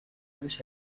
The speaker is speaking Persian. روش